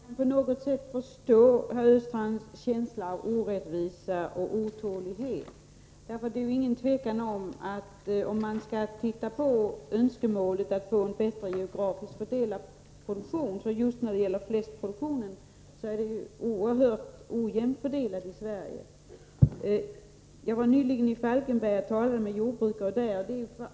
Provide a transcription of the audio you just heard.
Herr talman! Jag kan på sätt och vis förstå att herr Östrand har en känsla av att det finns orättvisor och att han är otålig. Det är ju inget tvivel om att man, ifall man försöker ta hänsyn till önskemålet att få en geografiskt bättre fördelad produktion, måste säga sig att fläskproduktionen är oerhört ojämnt fördelad i Sverige. Jag var nyligen i Falkenberg och träffade jordbrukare där.